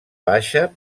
baixa